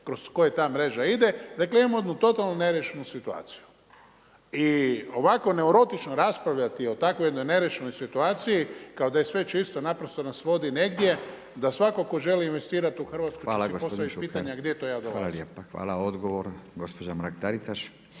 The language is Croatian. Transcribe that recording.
kroz koje ta mreža ide. Dakle, imamo jednu totalno neriješenu situaciju. I ovako neurotično raspravljati o takvoj jednoj neriješenoj situaciji kao da je sve čisto naprosto nas vodi negdje da svatko tko želi investirati u Hrvatsku će si postavit pitanje a gdje to ja dolazim. **Radin, Furio (Nezavisni)**